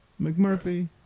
McMurphy